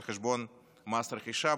על חשבון מס רכישה,